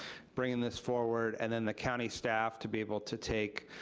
bringing this forward, and then the county staff to be able to take